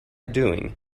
doing